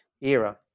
era